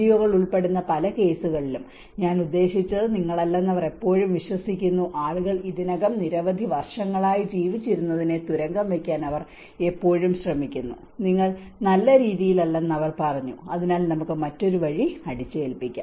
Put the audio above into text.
ഒകൾ ഉൾപ്പെടുന്ന പല കേസുകളും ഞാൻ ഉദ്ദേശിച്ചത് നിങ്ങളല്ലെന്ന് അവർ എപ്പോഴും വിശ്വസിക്കുന്നു ആളുകൾ ഇതിനകം നിരവധി വർഷങ്ങളായി ജീവിച്ചിരുന്നതിനെ തുരങ്കം വയ്ക്കാൻ അവർ എപ്പോഴും ശ്രമിക്കുന്നു നിങ്ങൾ നല്ല രീതിയിലല്ലെന്ന് അവർ പറഞ്ഞു അതിനാൽ നമുക്ക് മറ്റൊരു വഴി അടിച്ചേൽപ്പിക്കാം